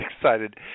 excited